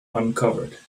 uncovered